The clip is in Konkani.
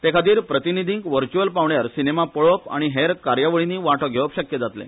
तेखातीर प्रतिनिधींक व्हर्च्य्अल पावण्यार सिनेमा पळोवप आनी हेर कार्यावळींनी वांटो घेवप शक्य जातले